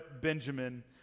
Benjamin